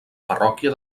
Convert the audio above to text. parròquia